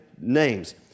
Names